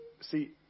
See